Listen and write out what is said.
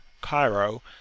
Cairo